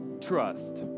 Trust